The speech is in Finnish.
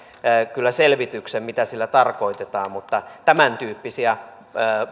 kyllä selvityksen mitä sillä tarkoitetaan mutta tämäntyyppisiä